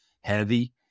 heavy